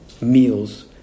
meals